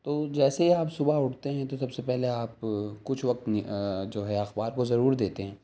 تو جیسے ہی آپ صبح اٹھتے ہیں تو سب سے پہلے آپ کچھ وقت جو ہے اخبار کو ضرور دیتے ہیں